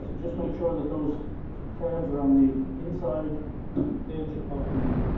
just make sure that those tabs are on the inside edge of the